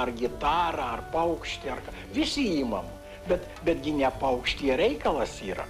ar gitarą ar paukštį ar ką visi imam bet bet gi ne paukštyje reikalas yra